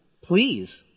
please